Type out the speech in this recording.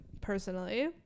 personally